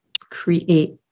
create